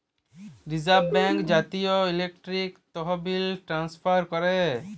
reserve Bank জাতীয় electronic তহবিল transfer ক্যরে